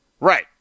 Right